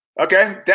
Okay